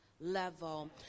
level